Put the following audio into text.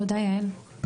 תודה, יעל.